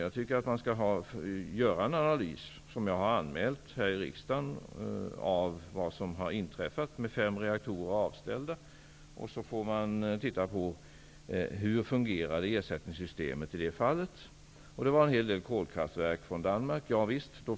Jag anser att det skall göras en analys av vad som inträffade under avställningen av de fem reaktorerna, vilket jag också har anmält här i riksdagen. Då får man se på hur ersättningssystemet fungerade i det fallet, och dra slutsatser av bl.a. importen från kolkraftverken i Danmark.